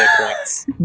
points